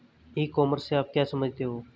ई commerce से आप क्या समझते हो?